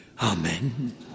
Amen